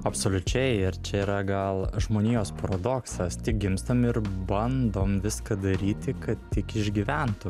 absoliučiai ir čia yra gal žmonijos paradoksas tik gimstam ir bandom viską daryti kad tik išgyventų